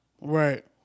Right